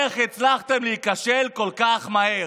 איך הצלחתם להיכשל כל כך מהר?